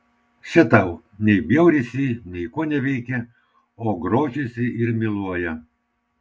še tau nei bjaurisi nei koneveikia o grožisi ir myluoja